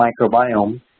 microbiome